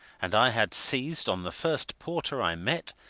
and i had seized on the first porter i met,